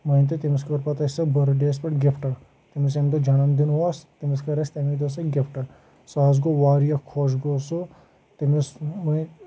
مٲنۍ تو تٔمِس کٔر پتہٕ اَسہِ پَتہٕ سۄ بٔرتھ ڈییَس پؠٹھ گِفٹ تٔمِس ییٚمہِ دۄہ جَنَم دِن اوس تٔمِس کٔر اسہِ تمے دۄہ سُہ گِفٹ سُہ حظ گوٚو واریاہ خۄش گوٚو سُہ تٔمِس